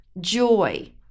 Joy